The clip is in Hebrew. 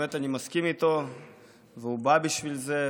אני מסכים איתו והוא בא בשביל זה,